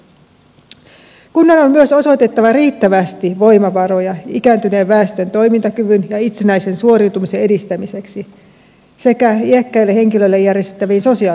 kunnan on myös osoitettava riittävästi voimavaroja ikääntyneen väestön toimintakyvyn ja itsenäisen suoriutumisen edistämiseksi sekä iäkkäille henkilöille järjestettäviin sosiaalipalveluihin